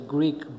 Greek